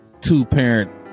Two-parent